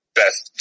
best